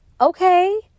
okay